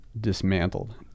dismantled